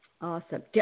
Awesome